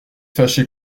fâché